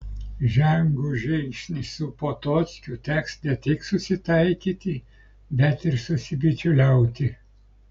žengus žingsnį su potockiu teks ne tik susitaikyti bet ir susibičiuliauti